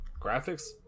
Graphics